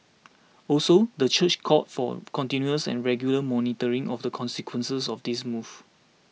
also the church called for continuous and regular monitoring of the consequences of this move